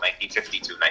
1952